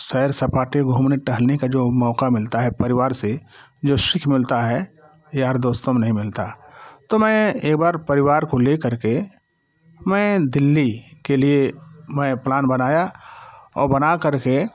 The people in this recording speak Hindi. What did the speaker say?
सैर सपाटे घूमने टहलने का जो मौका मिलता है परिवार से जो सीख मिलता है यार दोस्तों में नहीं मिलता तो मैं एक बार परिवार को लेकर के मैं दिल्ली के लिए मैं प्लान बनाया और बनाकर के